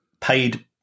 paid